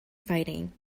fighting